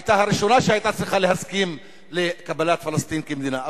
היתה הראשונה שהיתה צריכה להסכים לקבלת פלסטין כמדינה.